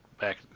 back